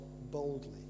boldly